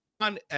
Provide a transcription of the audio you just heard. on